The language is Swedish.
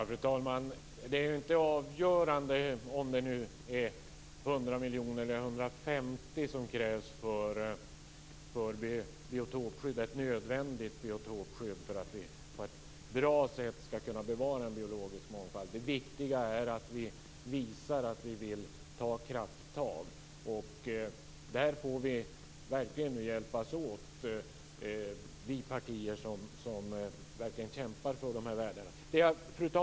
Fru talman! Det är inte avgörande om det är 100 miljoner eller 150 som krävs för ett nödvändigt biotopskydd, för att vi på ett bra sätt skall kunna bevara en biologisk mångfald. Det viktiga är att vi visar att vi vill ta krafttag. Där får vi verkligen hjälpas åt vi partier som verkligen kämpar för de här värdena. Fru talman!